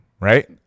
Right